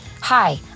Hi